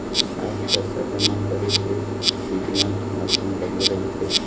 आज पइसा जमा करे के सीडीएम मसीन लगे रहिथे